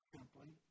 Simply